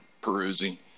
perusing